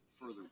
further